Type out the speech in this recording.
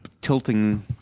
tilting